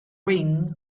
ring